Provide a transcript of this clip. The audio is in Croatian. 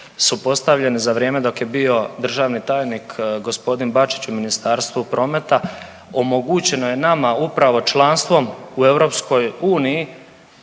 su postavljeni za vrijeme dok je bio državni tajnik g. Bačić u Ministarstvu prometa, omogućeno je nama upravo članstvom u EU